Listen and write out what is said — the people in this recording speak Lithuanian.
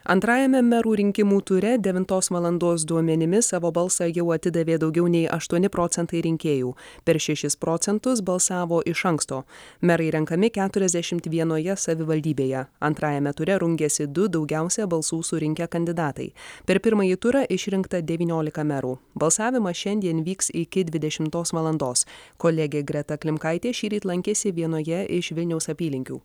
antrajame merų rinkimų ture devintos valandos duomenimis savo balsą jau atidavė daugiau nei aštuoni procentai rinkėjų per šešis procentus balsavo iš anksto merai renkami keturiasdešimt vienoje savivaldybėje antrajame ture rungiasi du daugiausia balsų surinkę kandidatai per pirmąjį turą išrinkta devyniolika merų balsavimas šiandien vyks iki dvidešimtos valandos kolegė greta klimkaitė šįryt lankėsi vienoje iš vilniaus apylinkių